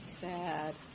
Sad